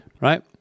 Right